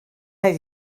rhaid